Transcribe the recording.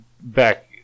back